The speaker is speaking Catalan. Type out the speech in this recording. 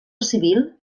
civil